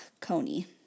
Coney